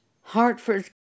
Hartford